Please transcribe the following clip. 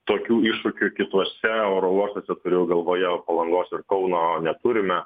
tokių iššūkių kituose oro uostuose turiu galvoje palangos ir kauno neturime